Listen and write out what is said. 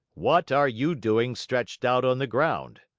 what are you doing stretched out on the ground?